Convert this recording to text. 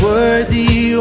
Worthy